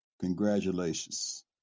Congratulations